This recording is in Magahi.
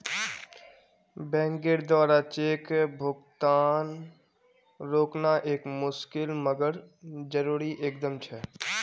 बैंकेर द्वारा चेक भुगतान रोकना एक मुशिकल मगर जरुरी कदम छे